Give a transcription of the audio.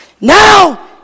Now